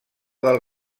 del